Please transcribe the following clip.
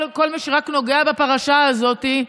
כל מי שרק נוגע בפרשה הזאת,